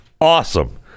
awesome